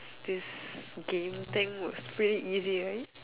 this game thing was pretty easy right